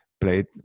played